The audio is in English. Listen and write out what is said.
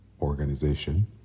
organization